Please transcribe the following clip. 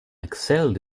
excelled